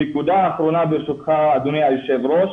נקודה אחרונה ברשותך אדוני היושב-ראש.